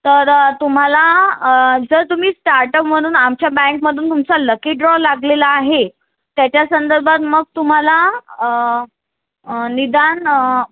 तर तुम्हाला जर तुम्ही स्टार्टअप म्हणून आमच्या बँकमधून तुमचा लकी ड्रॉ लागलेला आहे त्याच्यासंदर्भात मग तुम्हाला निदान